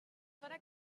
farà